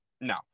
No